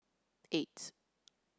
eight